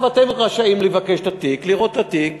עכשיו, אתם רשאים לבקש את התיק, לראות את התיק.